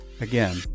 Again